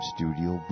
Studio